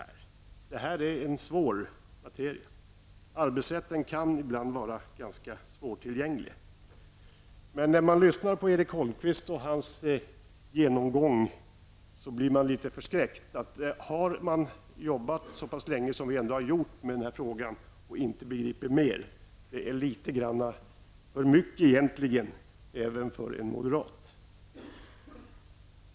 Frågan är svårhanterlig. Arbetsrätten kan ibland vara ganska svårtillgänglig. Men när man lyssnar på Erik Holmkvist och hans genomgång blir man litet förskräckt. Har man arbetat så pass länge som vi ändå har gjort med denna fråga och ändå inte begriper mer, är det litet grand för mycket även för en moderat.